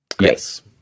Yes